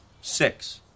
Six